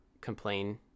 complain